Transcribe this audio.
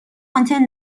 آنتن